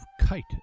kite